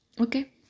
okay